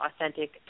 authentic